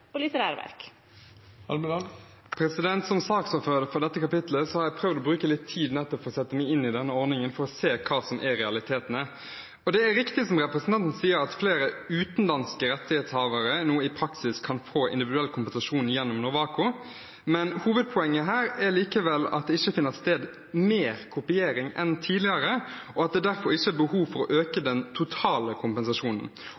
bruke litt tid på å sette meg inn i denne ordningen for å se hva som er realitetene. Det er riktig som representanten sier, at flere utenlandske rettighetshavere nå i praksis kan få individuell kompensasjon gjennom Norwaco, men hovedpoenget her er at det ikke finner sted mer kopiering enn tidligere, og at det derfor ikke er behov for å øke